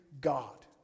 God